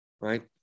right